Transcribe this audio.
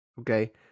okay